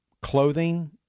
clothing